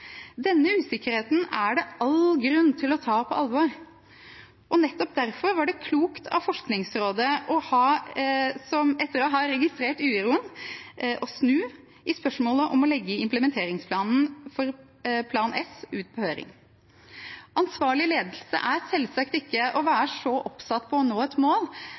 Denne usikkerheten er det all grunn til å ta på alvor. Nettopp derfor var det klokt av Forskningsrådet, etter å ha registrert uroen, å snu i spørsmålet om å legge implementeringsplanen for Plan S ut på høring. Ansvarlig ledelse er selvsagt ikke å være så oppsatt på nå et mål